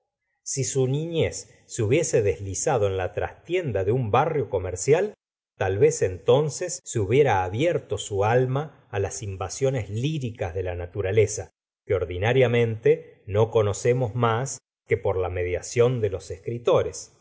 si su niñez se hubiese deslizado en la trastienda de un barrio comercial tal vez entonces se hubiera abierto su alma mas invasiones líricas de la naturaleza que ordinariamente no conocemos mas que por la mediación de los escritores pero